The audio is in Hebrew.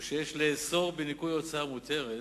או כי יש לאסור בניכוי הוצאה מותרת,